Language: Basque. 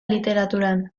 literaturan